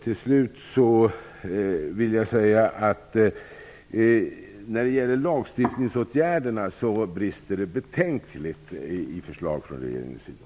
Till slut vill jag säga att när det gäller lagstiftningsåtgärderna brister det betänkligt i förslag från regeringens sida.